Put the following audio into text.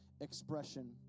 expression